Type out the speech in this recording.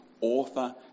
author